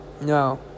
No